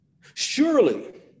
surely